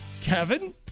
Kevin